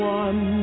one